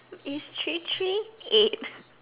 is three three right